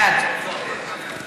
בעד